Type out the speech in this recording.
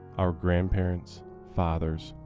our grandparents, fathers,